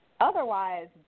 Otherwise